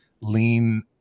lean